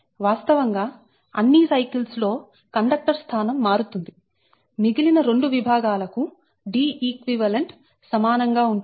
వాస్తవంగా అన్ని సైకిల్స్ లో కండక్టర్ స్థానం మారుతుంది మిగిలిన 2 విభాగాలకు Deq సమానం గా ఉంటుంది